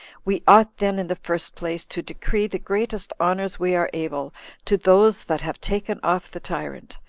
we ought, then, in the first place, to decree the greatest honors we are able to those that have taken off the tyrant,